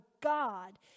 god